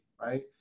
right